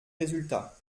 résultats